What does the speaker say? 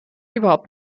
überhaupt